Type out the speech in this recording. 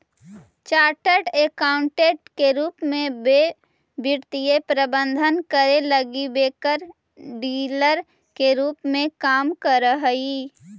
chartered accountant के रूप में वे वित्तीय प्रबंधन करे लगी ब्रोकर डीलर के रूप में काम करऽ हई